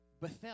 Bethel